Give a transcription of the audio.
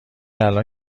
الان